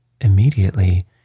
Immediately